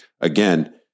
again